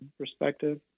perspective